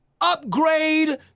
upgrade